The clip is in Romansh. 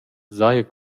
s’haja